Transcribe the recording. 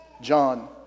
John